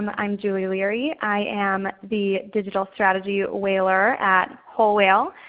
um i'm julie leary. i am the digital strategy whaler at whole whale.